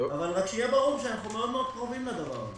רק שיהיה ברור, שאנחנו מאוד קרובים לדבר הזה.